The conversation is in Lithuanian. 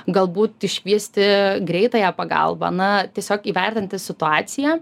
galbūt iškviesti greitąją pagalbą na tiesiog įvertinti situaciją